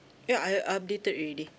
ya I updated already